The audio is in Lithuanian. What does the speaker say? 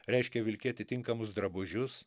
reiškia vilkėti tinkamus drabužius